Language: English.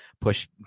push